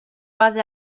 base